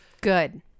Good